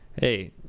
hey